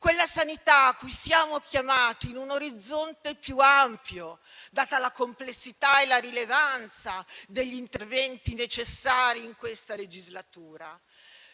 quella sanità cui siamo chiamati in un orizzonte più ampio, data la complessità e la rilevanza degli interventi necessari in questa legislatura,